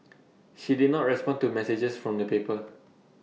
she did not respond to messages from the paper